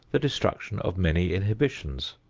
the destruction of many inhibitions,